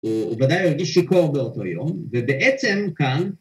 ‫הוא בוודאי ירגיש שיכור באותו יום, ‫ובעצם כאן...